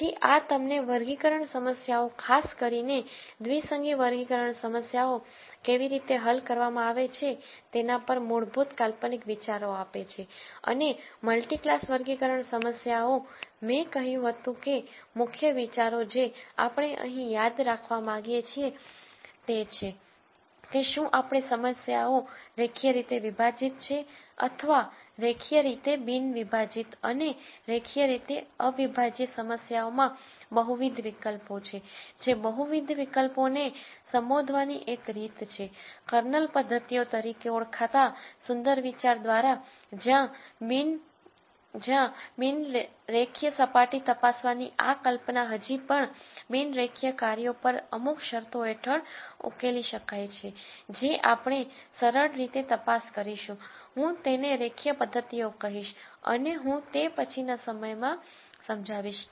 તેથી આ તમને વર્ગીકરણ સમસ્યાઓ ખાસ કરીને દ્વિસંગી વર્ગીકરણ સમસ્યાઓ કેવી રીતે હલ કરવામાં આવે છે તેના પર કેટલાક મૂળભૂત કાલ્પનિક વિચારો આપે છે અને મલ્ટિ ક્લાસ વર્ગીકરણ સમસ્યાઓ મેં કહ્યું હતું કે મુખ્ય વિચારો જે આપણે અહીં યાદ રાખવા માગીએ છીએ તે છે કે શું આ સમસ્યાઓ રેખીય રીતે વિભાજીત છે અથવા રેખીય રીતે બિન વિભાજિત અને રેખીય રીતે અવિભાજ્ય સમસ્યાઓમાં બહુવિધ વિકલ્પો છે જે બહુવિધ વિકલ્પોને સંબોધવાની એક રીત છે કર્નલ પદ્ધતિઓ તરીકે ઓળખાતા સુંદર વિચાર દ્વારા જ્યાં ઘણી બિન રેખીય સપાટી તપાસવાની આ કલ્પના હજી પણ બિન રેખીય કાર્યો પર અમુક શરતો હેઠળ ઉકેલી શકાય છે જે આપણે સરળ રીતે તપાસ કરીશું હું તેને રેખીય પદ્ધતિઓ કહીશ અને હું તે પછીના સમયમાં સમજાવીશ